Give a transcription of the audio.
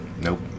Nope